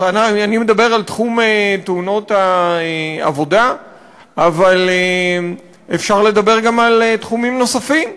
אני מדבר על תחום תאונות העבודה אבל אפשר לדבר גם על תחומים נוספים.